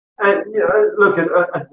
Look